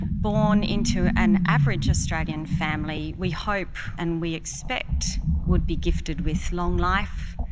born into an average australian family we hope and we expect would be gifted with long life,